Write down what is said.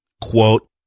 Quote